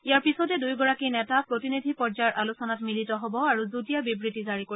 ইয়াৰ পিছতে দুয়োগৰাকী নেতা প্ৰতিনিধি পৰ্যায়ৰ আলোচনাত মিলিত হ'ব আৰু যুটীয়া বিবৃতি জাৰি কৰিব